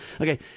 okay